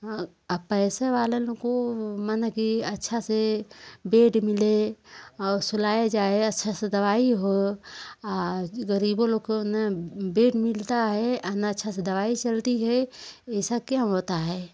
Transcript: आप पैसे वालों को माना की अच्छा से बेड मिले और सुलाया जाए अच्छे से दवाई हो और गरीबों लोग को ना बेड मिलता है ना अच्छा से दवाई चलती है ऐसा क्यों होता है